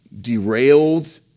derailed